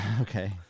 Okay